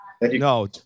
No